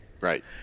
right